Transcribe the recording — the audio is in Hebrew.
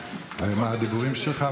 מה הדיבורים שלך,